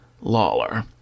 Lawler